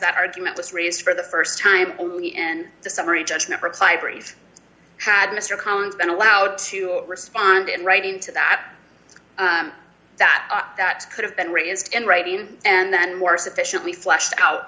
that argument was raised for the st time only and the summary judgment reply breeze had mr collins been allowed to respond in writing to that that that could have been raised in writing and then more sufficiently fleshed out